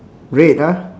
red ah